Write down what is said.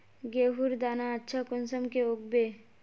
गेहूँर दाना अच्छा कुंसम के उगबे?